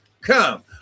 come